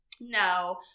no